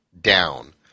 down